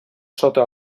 sota